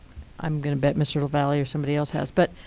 i'm going to bet mr. lavalley or somebody else has. but